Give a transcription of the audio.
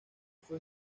fue